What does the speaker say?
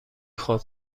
خوب